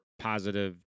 positive